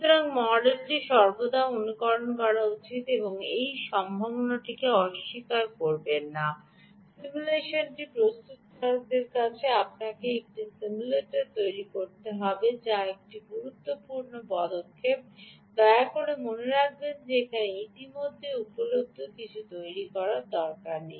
সুতরাং মডেলটি সর্বদা অনুকরণ করা উচিত এই সম্ভাবনাটিকে অস্বীকার করবেন না সিমুলেশনটি প্রস্তুতকারকের কাছে আপনাকে একটি সিমুলেটর তৈরি করতে হবে না এমন একটি গুরুত্বপূর্ণ পদক্ষেপ দয়া করে মনে রাখবেন যে সেখানে ইতিমধ্যে উপলব্ধ কিছু তৈরি করার দরকার নেই